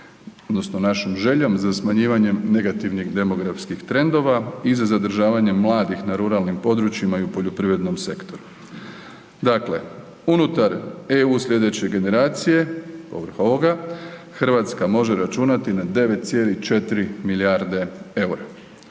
odnosno našom željom za smanjivanjem negativnih demografskih trendova i za zadržavanje mladih na ruralnim područjima i u poljoprivrednom sektoru. Dakle, unutar EU slijedeće generacije povrh ovoga, RH može računati na 9,4 milijarde EUR-a.